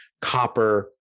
copper